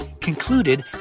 concluded